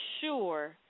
sure